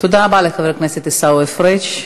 תודה רבה לחבר הכנסת עיסאווי פריג'.